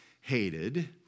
hated